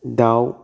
दाउ